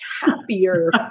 happier